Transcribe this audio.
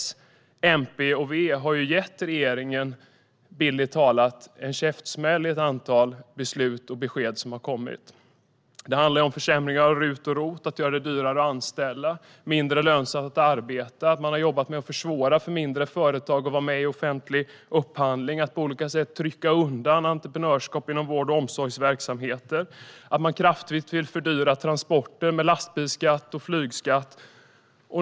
S, MP och V har, bildligt talat, gett en käftsmäll i ett antal beslut och besked som har kommit. Det handlar om försämringar av RUT och ROT och om att göra det dyrare att anställa och mindre lönsamt att arbeta. Man har jobbat med att försvåra för mindre företag att vara med i offentlig upphandling och på olika sätt trycka undan entreprenörskap inom vård och omsorgsverksamheter. Man vill kraftigt fördyra transporter, med lastbilsskatt och flygskatt.